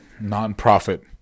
Non-profit